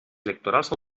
electorals